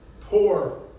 poor